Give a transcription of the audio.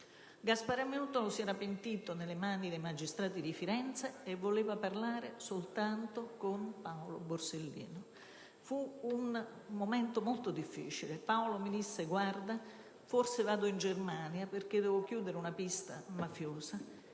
Quest'ultimo si era pentito nelle mani dei magistrati di Firenze e voleva parlare soltanto con Paolo Borsellino. Fu un momento molto difficile. Paolo mi disse: «Forse vado in Germania perché devo chiudere una pista mafiosa;